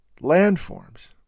landforms